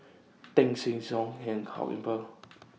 Teng San